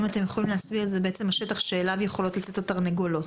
זה בעצם השטח אליו יכולות לצאת התרנגולות.